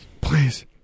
Please